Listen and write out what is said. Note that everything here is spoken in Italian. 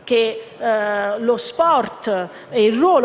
Penso al ruolo